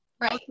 Right